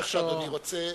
איך שאדוני רוצה.